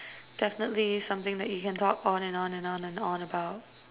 definitely something that you can talk on and on and on and on about